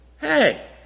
Hey